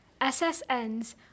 SSNs